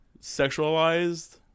sexualized